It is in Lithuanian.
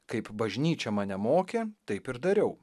kaip bažnyčia mane mokė taip ir dariau